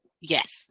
Yes